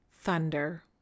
thunder